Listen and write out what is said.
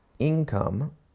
Income